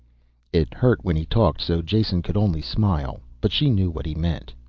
it hurt when he talked so jason could only smile, but she knew what he meant.